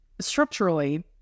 structurally